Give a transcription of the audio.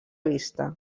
vista